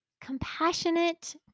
compassionate